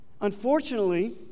Unfortunately